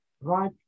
right